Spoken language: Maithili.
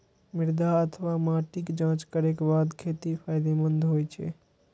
मृदा अथवा माटिक जांच करैक बाद खेती फायदेमंद होइ छै